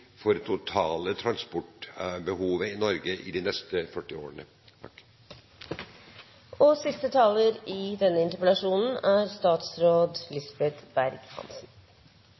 for det totale transportbehovet i Norge de neste 40 årene.